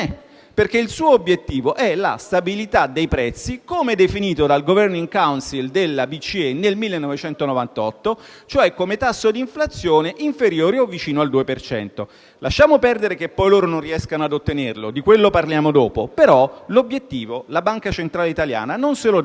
perché il suo obiettivo è la stabilità dei prezzi, come definita dal *Governing council* della BCE nel 1998, e quindi un tasso di inflazione inferiore o vicino al 2 per cento. Lasciamo perdere che poi loro non riescono ad ottenerlo - di quello parliamo dopo - però l'obiettivo la banca centrale italiana non se lo dà;